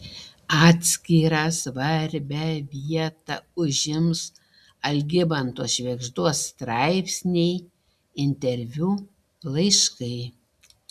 atskirą svarbią vietą užims algimanto švėgždos straipsniai interviu laiškai